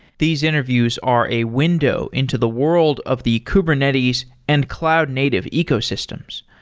these interviews are a window into the world of the kubernetes and cloud native ecosystems,